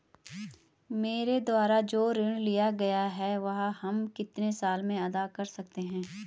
मेरे द्वारा जो ऋण लिया गया है वह हम कितने साल में अदा कर सकते हैं?